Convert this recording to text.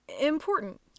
important